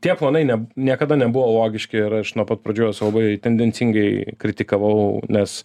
tie planai ne niekada nebuvo logiški ir aš nuo pat pradžių juos labai tendencingai kritikavau nes